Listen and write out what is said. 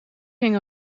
hing